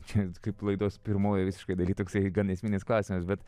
čia kaip laidos pirmoj visiškai daly toksai gan esminis klausimas bet